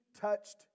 touched